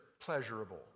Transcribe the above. pleasurable